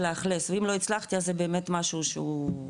לאכלס ואם לא הצלחתי אז זה באמת משהו שהוא,